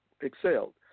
excelled